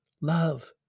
Love